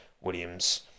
Williams